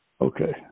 Okay